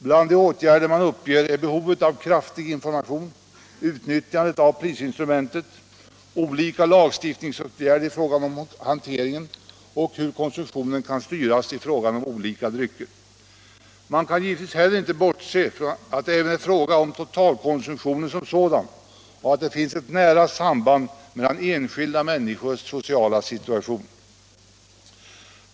Bland de åtgärder man anger är behovet av kraftig in formation, utnyttjande av prisinstrumentet, olika lagstiftningsåtgärder beträffande hanteringen och hur konsumtionen kan styras i fråga om olika drycker. Man kan givetvis heller inte bortse ifrån att det även är fråga om totalkonsumtionen som sådan och att det här finns ett nära samband med enskilda människors sociala situation.